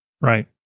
Right